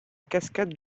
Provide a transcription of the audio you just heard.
cascade